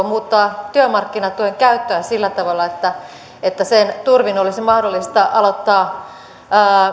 muuttaa työmarkkinatuen käyttöä sillä tavalla että että sen turvin olisi mahdollista aloittaa